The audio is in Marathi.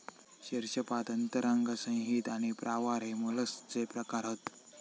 शीर्शपाद अंतरांग संहति आणि प्रावार हे मोलस्कचे प्रकार हत